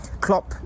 Klopp